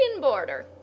border